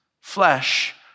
flesh